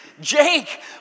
Jake